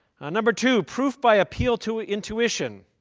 number two proof by appeal to intuition